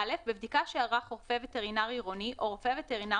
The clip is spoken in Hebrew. (א)בבדיקה שערך רופא וטרינר עירוני או רופא וטרינר